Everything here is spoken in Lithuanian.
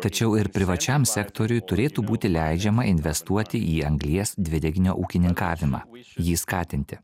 tačiau ir privačiam sektoriui turėtų būti leidžiama investuoti į anglies dvideginio ūkininkavimą jį skatinti